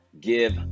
give